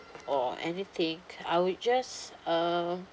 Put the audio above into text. or anything I will just uh